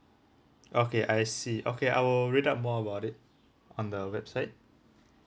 okay I see okay I will read up more about it on the website